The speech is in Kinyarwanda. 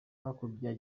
hakurya